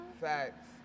Facts